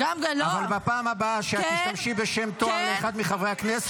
אבל בפעם הבאה שתשתמשי בשם תואר לאחד מחברי הכנסת,